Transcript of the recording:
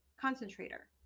Concentrator